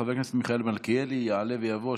חבר הכנסת מיכאל מלכיאלי יעלה ויבוא.